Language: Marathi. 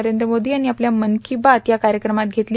नरेंद्र मोदी यांनी आपल्या मन की बात या कार्यक्रमात घेतली